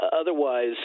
otherwise